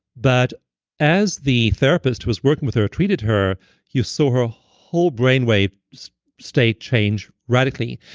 but as the therapist who was working with her treated her you saw her ah whole brain wave state change radically.